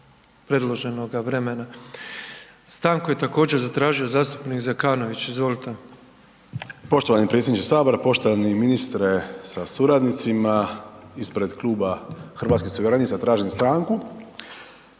predloženoga vremena. Stanku je također, zatražio zastupnik Zekanović, izvolite. **Zekanović, Hrvoje (HRAST)** Poštovani predsjedniče Sabora, poštovani ministre sa suradnicima. Ispred Kluba Hrvatskih suverenista tražim stanku.